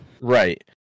Right